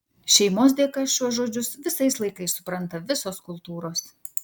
šeimos dėka šiuo žodžius visais laikais supranta visos kultūros